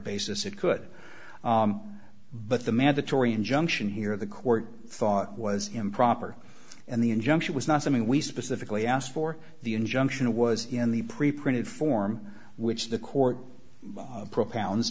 basis it could but the mandatory injunction here the court thought was improper and the injunction was not something we specifically asked for the injunction was in the preprinted form which the court propounds